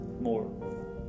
more